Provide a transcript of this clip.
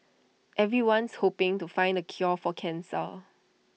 everyone's hoping to find the cure for cancer